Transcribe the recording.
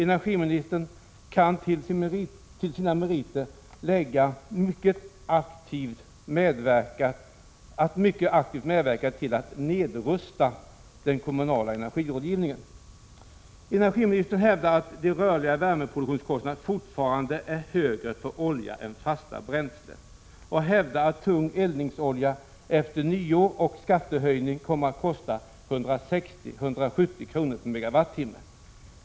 Energiministern kan till sina ”meriter” lägga att hon mycket aktivt medverkat till att nedrusta den kommunala energirådgivningen. Energiministern hävdar att de rörliga värmeproduktionskostnaderna fortfarande är högre för olja än för fasta bränslen. Hon hävdar att tung eldningsolja efter nyår och skattehöjning kommer att kosta 160-170 kr./ MWh.